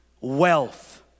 wealth